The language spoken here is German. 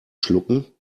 schlucken